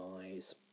eyes